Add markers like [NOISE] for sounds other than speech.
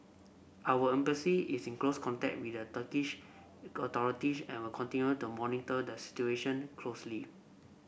our embassy is in close contact with the Turkish [UNINTELLIGIBLE] authorities and will continue to monitor the situation closely